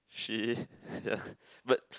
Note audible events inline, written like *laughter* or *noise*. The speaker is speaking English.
she *laughs* but